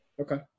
Okay